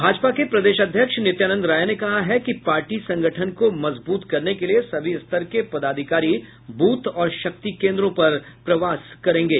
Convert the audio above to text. भाजपा के प्रदेश अध्यक्ष नित्यानंद राय ने कहा है कि पार्टी संगठन को मजबूत करने के लिए सभी स्तर के पदाधिकारी बूथ और शक्ति केन्द्रों पर प्रवास करेंगे